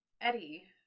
Eddie